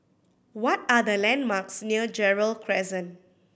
what are the landmarks near Gerald Crescent